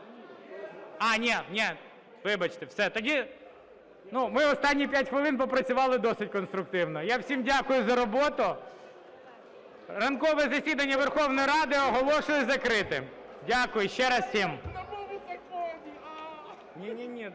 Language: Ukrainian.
А, ні, вибачте, все. Ми останні 5 хвилин попрацювали досить конструктивно. Я всім дякую за роботу. Ранкове засідання Верховної Ради оголошую закритим. Дякую ще раз всім.